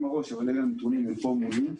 אפשר לנענע בראש אבל אלה הנתונים שמונחים מולי.